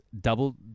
double